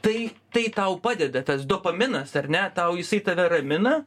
tai tai tau padeda tas dopaminas ar ne tau jisai tave ramina